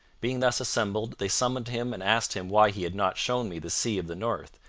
being thus assembled, they summoned him and asked him why he had not shown me the sea of the north,